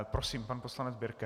Prosím, pan poslanec Birke.